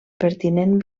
pertinent